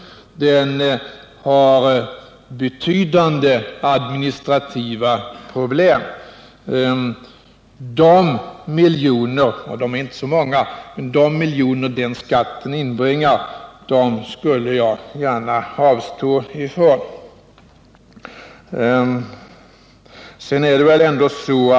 Den medför betydande administrativa problem. De miljoner — och de är inte så många — som den skatten inbringar kunde statsverket enligt min uppfattning mycket väl avstå från.